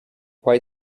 quite